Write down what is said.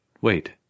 Wait